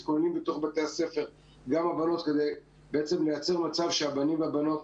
מתכוננות בתוך בתי הספר כדי לייצר מצב שהבנים והבנות